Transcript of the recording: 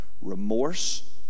remorse